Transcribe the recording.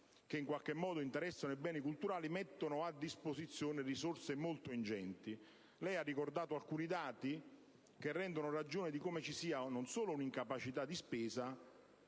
che in qualche modo interessano i beni culturali, mettono a disposizione risorse molto ingenti. Lei ha ricordato alcuni dati, che rendono ragione di come ci sia non solo un'incapacità di spesa,